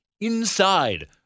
inside